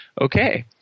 Okay